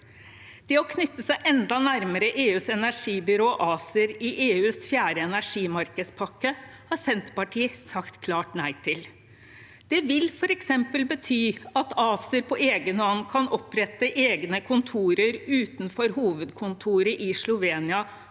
Det å knytte seg enda nærmere EUs energibyrå, ACER, i EUs fjerde energimarkedspakke har Senterpartiet sagt klart nei til. Det vil f.eks. bety at ACER på egen hånd kan opprette egne kontorer utenfor hovedkontoret i Slovenia